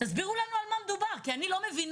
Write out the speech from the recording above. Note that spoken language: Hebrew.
תסבירו לנו על מה מדובר, כי אני לא מבינה.